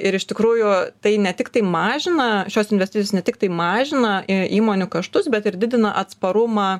ir iš tikrųjų tai ne tiktai mažina šios investicijos ne tiktai mažina e įmonių kaštus bet ir didina atsparumą